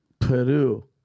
Peru